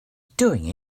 doing